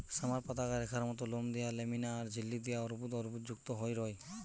summer পাতাগা রেখার মত লোম দিয়া ল্যামিনা আর ঝিল্লি দিয়া অর্বুদ অর্বুদযুক্ত হই রয়